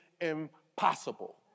impossible